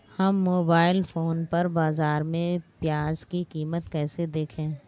हम mobile phone पर बाज़ार में प्याज़ की कीमत कैसे देखें?